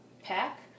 Pack